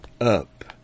up